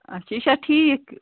اچھا یہِ چھا ٹھیٖک